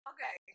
Okay